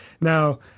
now